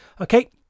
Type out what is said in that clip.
okay